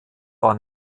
war